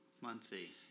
muncie